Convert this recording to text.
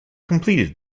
completed